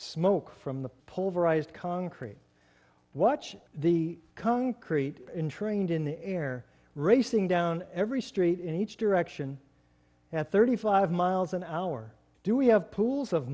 from the polarized concrete watch the concrete in trained in the air racing down every street in each direction at thirty five miles an hour do we have pools of